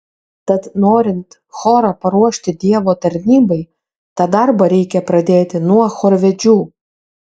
tad norint chorą paruošti dievo tarnybai tą darbą reikia pradėti nuo chorvedžių